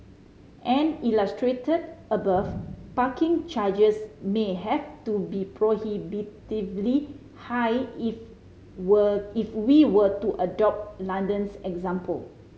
and illustrated above parking charges may have to be prohibitively high if were if we were to adopt London's example